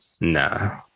Nah